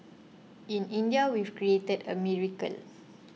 in India we've created a miracle